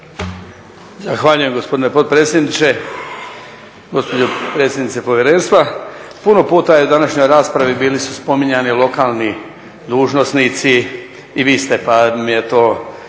Zahvaljujem gospodine potpredsjedniče, gospođo predsjednice povjerenstva. Puno puta u današnjoj raspravi bili su spominjani lokalni dužnosnici i vi ste isto